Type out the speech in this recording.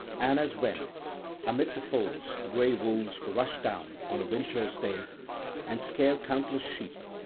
and as when amid the folds grey wolves rush down on a winter's day and scare countless sheep,